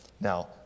Now